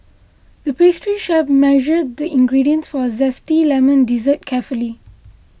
the pastry chef measured the ingredients for a Zesty Lemon Dessert carefully